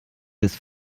ist